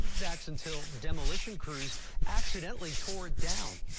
that's until demolition crews accidentally tore it down.